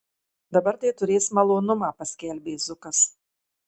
dabar tai turės malonumą paskelbė zukas